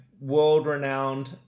world-renowned